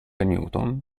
newton